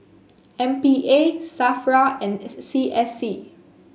M P A Safra and C S C